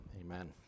Amen